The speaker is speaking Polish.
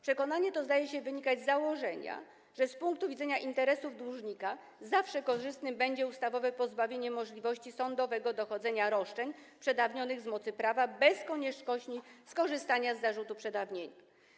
Przekonanie to zdaje się wynikać z założenia, że z punktu widzenia interesów dłużnika zawsze korzystne będzie ustawowe pozbawienie możliwości sądowego dochodzenia roszczeń przedawnionych z mocy prawa bez konieczności skorzystania z zarzutu przedawniania.